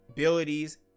Abilities